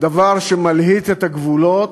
דבר שמלהיט את הגבולות